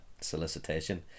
solicitation